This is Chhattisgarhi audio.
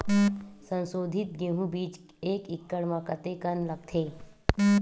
संसोधित गेहूं बीज एक एकड़ म कतेकन लगथे?